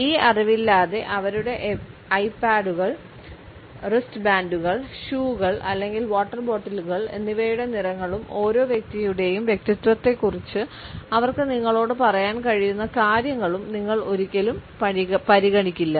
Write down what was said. ഈ അറിവില്ലാതെ അവരുടെ ഐപോഡുകൾ റിസ്റ്റ്ബാൻഡുകൾ ഷൂകൾ അല്ലെങ്കിൽ വാട്ടർ ബോട്ടിലുകൾ എന്നിവയുടെ നിറങ്ങളും ഓരോ വ്യക്തിയുടെയും വ്യക്തിത്വത്തെക്കുറിച്ച് അവർക്ക് നിങ്ങളോട് പറയാൻ കഴിയുന്ന കാര്യങ്ങളും നിങ്ങൾ ഒരിക്കലും പരിഗണിക്കില്ല